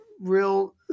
real